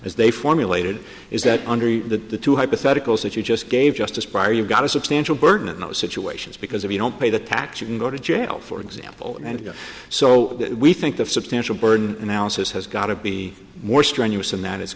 is they formulated is that under the two hypotheticals that you just gave justice prior you've got a substantial burden in those situations because if you don't pay the tax you can go to jail for example and so we think the substantial burden analysis has got to be more strenuous and that it's